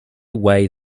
way